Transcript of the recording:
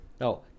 No